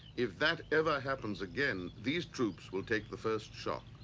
if that ever happens again, these troops will take the first shot.